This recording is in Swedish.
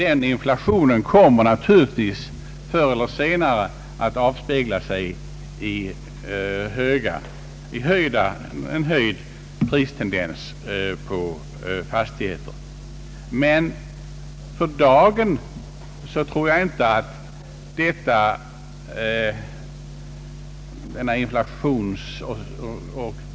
En inflation kommer naturligtvis förr eller senare att avspegla sig i en tendens till höjda priser på fastigheter. För dagen tror jag emellertid inte att inflationshotet uppfattas som så överhängande att man till följd därav söker omsätta pengar i sakvärden.